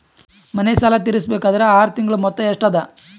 ಮನೆ ಸಾಲ ತೀರಸಬೇಕಾದರ್ ಆರ ತಿಂಗಳ ಮೊತ್ತ ಎಷ್ಟ ಅದ?